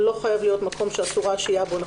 לא חייב להיות מקום שאסורה השהייה בו,